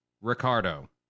Ricardo